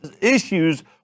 issues